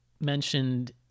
mentioned